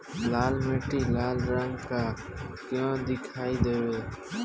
लाल मीट्टी लाल रंग का क्यो दीखाई देबे?